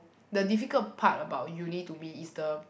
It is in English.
the difficult part about uni to me is the